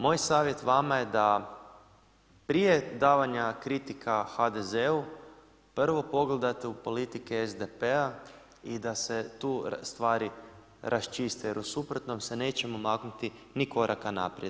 Moj savjet vama je da prije davanja kritika HDZ-u prvo pogledate u politike SDP-a i da se tu stvari raščiste jer u suprotnom se nećemo maknuti ni koraka naprijed.